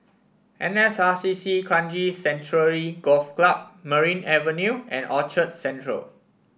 N S R C C Kranji Sanctuary Golf Club Merryn Avenue and Orchard Central